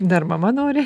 dar mama nori